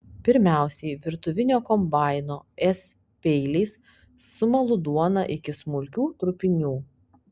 pirmiausiai virtuvinio kombaino s peiliais sumalu duoną iki smulkių trupinių